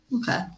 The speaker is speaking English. Okay